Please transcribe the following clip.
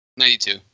92